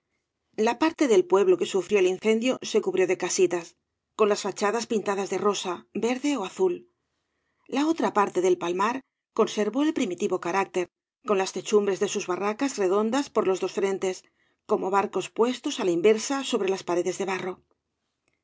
la parte del pueblo que sufrió el incendio se cubrió de casitas con las fachadas pintadas de rosa verde ó azul la otra parte del palmar conservó el primitivo carácter con las techumbres de sus barracas re dondas por los dos frentes como barcos puestos á la inversa sobre las paredes de barro